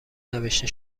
نوشته